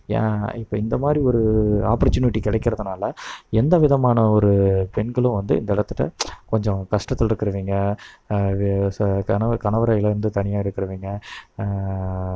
ஏன்னா இப்போ இந்த மாதிரி ஒரு ஆப்பர்ச்சுனிட்டி கிடைக்கிறதுனால எந்த விதமான ஒரு பெண்களும் வந்து இந்த இடத்துட்ட கொஞ்சம் கஷ்டத்தில் இருக்கிறவிங்க அது சொ கணவர் கணவரை இழந்து தனியாக இருக்கிறவிங்க